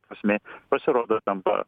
prasmė pasirodo tampa